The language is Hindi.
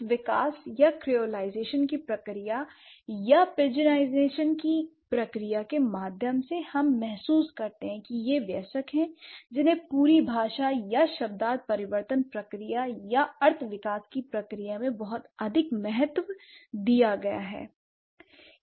इस विकास या क्रियोलाइजेशन की प्रक्रिया या पिजिनइजेशन की प्रक्रिया के माध्यम से हम महसूस करते हैं कि यह वयस्क हैं जिन्हें पूरी भाषा या शब्दार्थ परिवर्तन प्रक्रिया या अर्थ विकास की प्रक्रिया में बहुत अधिक महत्व दिया गया है